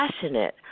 passionate